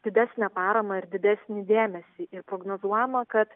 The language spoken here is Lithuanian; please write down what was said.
didesnę paramą ir didesnį dėmesį ir prognozuojama kad